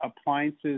appliances